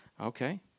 Okay